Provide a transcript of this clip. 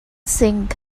sing